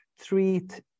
treat